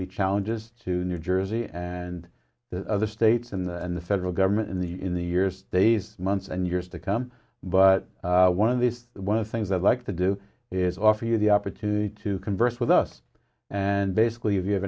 be challenges to new jersey and the other states and the federal government in the in the years days months and years to come but one of these one of things i'd like to do is offer you the opportunity to converse with us and basically if you have